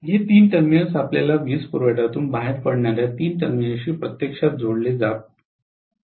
हे तीन टर्मिनल्स आपल्या वीजपुरवठ्यातून बाहेर पडणार्या तीन टर्मिनल्सशी प्रत्यक्षात जोडले जात आहेत